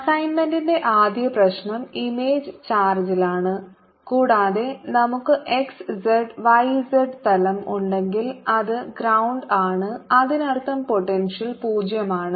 അസൈന്മെന്റിന്റെ ആദ്യ പ്രശ്നം ഇമേജ് ചാർജിലാണ് കൂടാതെ നമുക്ക് x z y z തലം ഉണ്ടെങ്കിൽ അത് ഗ്രൌണ്ട് ആണ് അതിനർത്ഥം പൊട്ടെൻഷ്യൽ പൂജ്യo ആണ്